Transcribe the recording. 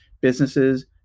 businesses